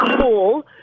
cool